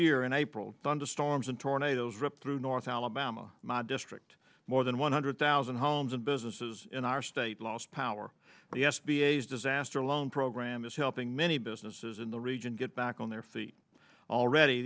year in april thunderstorms and tornadoes ripped through north alabama my district more than one hundred thousand homes and businesses in our state lost power the s b a as disaster loan program is helping many businesses in the region get back on their feet already